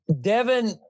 Devin